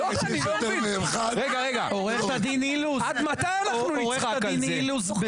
אבל אם זה יותר מאחת --- לא רק --- עד מתי אנחנו נצחק על זה?